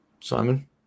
Simon